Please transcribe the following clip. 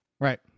Right